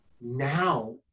now